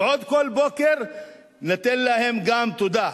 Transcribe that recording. ועוד כל בוקר ניתן להם גם תודה.